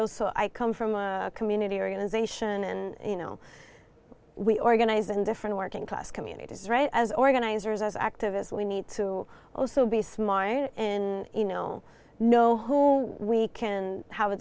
also i come from a community organization and you know we organize in different working class communities right as organizers as activists we need to also be smart in know who we can have a